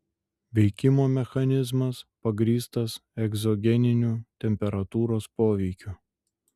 veikimo mechanizmas pagrįstas egzogeniniu temperatūros poveikiu